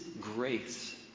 grace